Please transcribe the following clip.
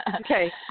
Okay